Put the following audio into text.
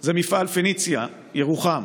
זה מפעל פניציה ירוחם.